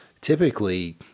typically